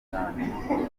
cyane